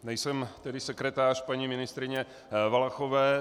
Nejsem tedy sekretář paní ministryně Valachové.